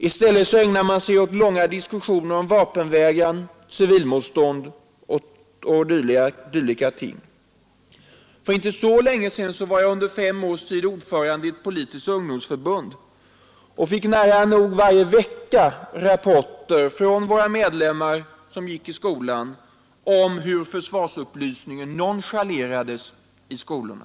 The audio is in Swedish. I stället ägnar de sig åt långa diskussioner om vapenvägran, civilmotstånd och dylika ting. För inte så länge sedan var jag under drygt fem år ordförande i ett politiskt ungdomsförbund och fick nära nog varje vecka rapporter från våra medlemmar om hur försvarsupplysningen nonchalerades i skolorna.